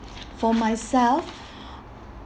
for myself